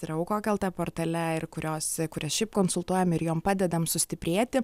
yra aukok lt portale ir kurios kurie šiaip konsultuojami ir jom padedam sustiprėti